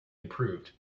improved